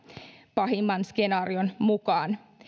pahimman skenaarion mukaan